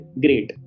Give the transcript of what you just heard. great